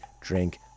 drink